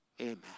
Amen